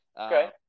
Okay